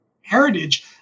heritage